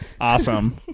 Awesome